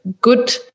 good